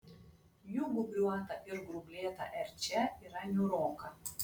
jų gūbriuota ir grublėta erčia yra niūroka